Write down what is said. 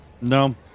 no